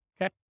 okay